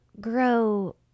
grow